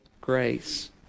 grace